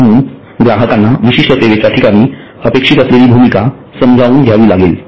म्हणून ग्राहकांना विशिष्ठ सेवेच्या ठिकाणी अपेक्षित असलेली भूमिका समजून घ्यावी लागेल